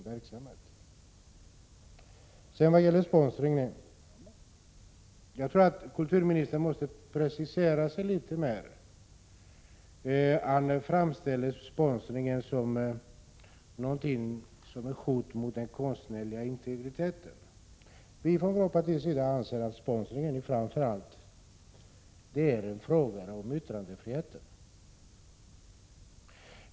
Vad sedan gäller sponsringen tror jag att kulturministern måste precisera sig litet mer än han har gjort. Han framställer sponsring som ett hot mot den konstnärliga integriteten. Vi i vpk anser framför allt att sponsringen har samband med yttrandefriheten.